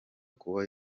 kuba